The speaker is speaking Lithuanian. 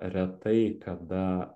retai kada